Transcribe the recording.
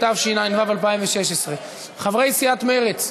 התשע"ו 2016. חברי סיעת מרצ,